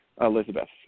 Elizabeth